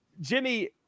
Jimmy